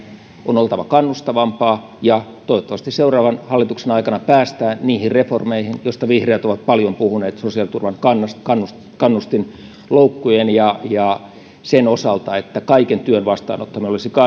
on oltava kannustavampaa ja toivottavasti seuraavan hallituksen aikana päästään niihin reformeihin joista vihreät ovat paljon puhuneet sosiaaliturvan kannustinloukkujen ja ja sen osalta että kaiken työn vastaanottaminen olisi